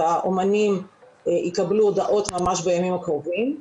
והאומנים יקבלו הודעות ממש בימים הקרובים.